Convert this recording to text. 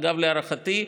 אגב, להערכתי,